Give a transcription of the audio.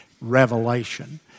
revelation